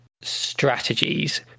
strategies